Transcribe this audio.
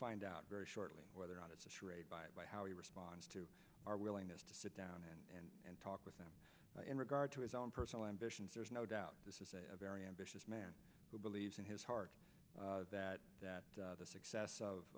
find out very shortly whether or not it's a charade by how he responds to our willingness to sit down and talk with him in regard to his own personal ambitions there's no doubt this is a very ambitious man who believes in his heart that that the success of